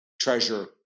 treasure